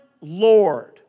Lord